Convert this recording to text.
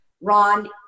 Ron